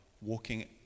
walking